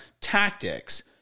tactics